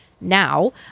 now